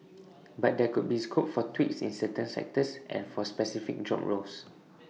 but there could be scope for tweaks in certain sectors and for specific job roles